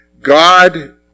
God